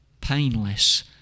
painless